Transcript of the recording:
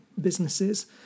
businesses